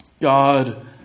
God